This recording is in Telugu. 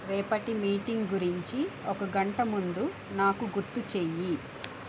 రేపటి మీటింగ్ గురించి ఒక గంట ముందు నాకు గుర్తు చెయ్యి